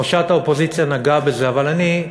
ראשת האופוזיציה נגעה בזה, אבל אני,